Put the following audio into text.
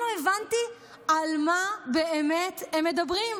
לא הבנתי על מה באמת הם מדברים,